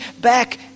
back